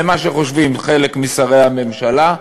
למה שחושבים חלק משרי הממשלה,